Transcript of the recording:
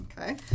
Okay